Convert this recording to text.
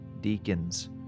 deacons